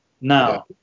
now